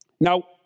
Now